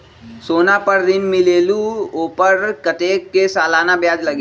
सोना पर ऋण मिलेलु ओपर कतेक के सालाना ब्याज लगे?